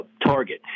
Target